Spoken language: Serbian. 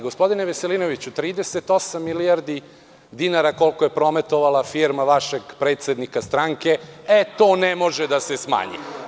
Gospodine Veselinoviću, 38 milijardi dinara, koliko je prometovala firma vašeg predsednika stranke, e to ne može da se smanji.